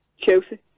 Chelsea